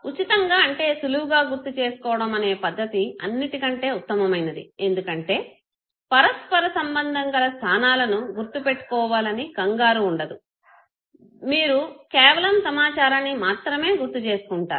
ఉచితంగా అంటే సులువుగా గుర్తు చేసుకోవడం అనే పద్ధతి అన్నిటికంటే ఉత్తమ మైనది ఎందుకంటే పరస్పర సంబంధంగల స్థానాలను గుర్తు పెట్టుకోవాలని కంగారు ఉండదు మీరు కేవలం సమాచారాన్ని మాత్రమే గుర్తు చేసుకుంటారు